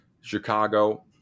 Chicago